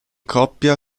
coppia